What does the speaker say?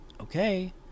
okay